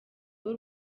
w’u